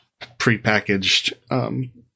prepackaged